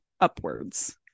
upwards